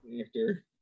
actor